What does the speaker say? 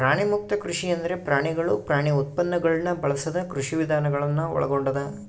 ಪ್ರಾಣಿಮುಕ್ತ ಕೃಷಿ ಎಂದರೆ ಪ್ರಾಣಿಗಳು ಪ್ರಾಣಿ ಉತ್ಪನ್ನಗುಳ್ನ ಬಳಸದ ಕೃಷಿವಿಧಾನ ಗಳನ್ನು ಒಳಗೊಂಡದ